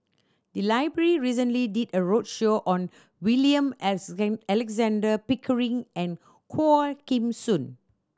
the library recently did a roadshow on William Alexander Pickering and Quah Kim Song